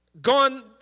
gone